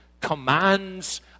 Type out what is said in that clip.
commands